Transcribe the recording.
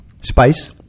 Spice